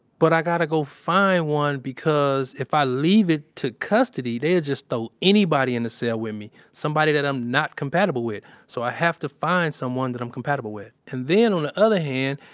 but i got to go find one, because if i leave it to custody, they'll just throw anybody in the cell with me, somebody that i'm not compatible with. so, i have to find someone that i'm compatible with. and then, on the other hand,